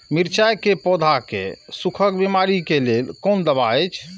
मिरचाई के पौधा के सुखक बिमारी के लेल कोन दवा अछि?